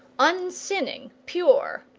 unsinning, pure,